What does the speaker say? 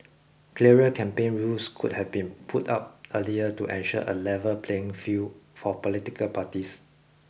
clearer campaign rules could have been put out earlier to ensure a level playing field for political parties